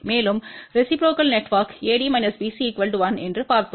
மேலும் ரெசிப்ரோக்கல் நெட்வொர்க்கிற்கு AD BC 1என்று பார்த்தோம்